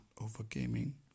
over-gaming